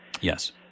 Yes